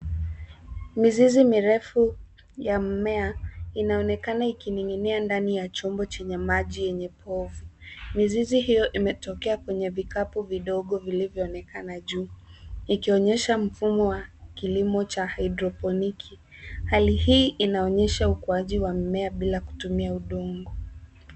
Mizizi mirefu ya mmea inaonekana ikininginia ndani ya chombo chenye maji yenye povu. Mizizi hiyo imetokea kwenye vikapu vidogo vilivyoonekana juu vikionyesha mfumo wa kilimo cha haidroponiki. Hali hii inaonyesha ukuwaji wa mimea bila kutumia udongo.